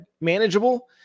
manageable